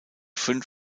fünf